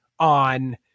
On